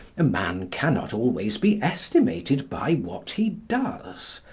a man cannot always be estimated by what he does.